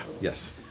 yes